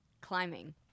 climbing